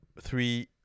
three